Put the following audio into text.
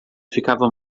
ficava